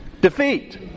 Defeat